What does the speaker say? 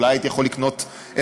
אולי הייתי יכול לקנות איפשהו,